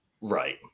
Right